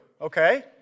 okay